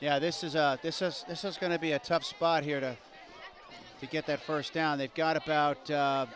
yeah this is a this is this is going to be a tough spot here to get that first down they've got about